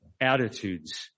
attitudes